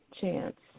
chance